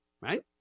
right